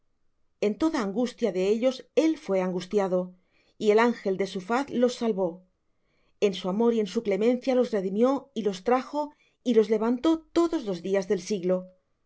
en toda angustia de ellos él fué angustiado y el ángel de su faz los salvó en su amor y en su clemencia los redimió y los trajo y los levantó todos los días del siglo